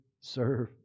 serve